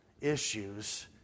issues